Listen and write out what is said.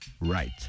right